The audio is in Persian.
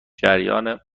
جریان